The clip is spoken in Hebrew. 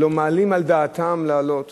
שלא מעלים על דעתם לעלות,